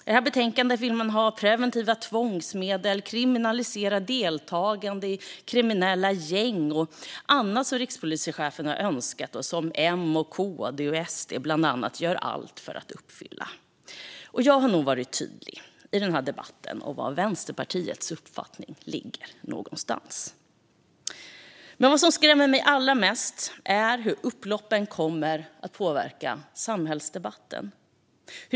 I det här betänkandet framförs förslag på preventiva tvångsmedel, kriminaliserat deltagande i kriminella gäng och annat som rikspolischefen har önskat och som bland annat M, KD och SD gör allt för att uppfylla. Jag har nog varit tydlig i den här debatten om var Vänsterpartiets uppfattning ligger någonstans. Men vad som skrämmer mig allra mest är hur upploppen kommer att påverka samhällsdebatten.